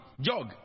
jog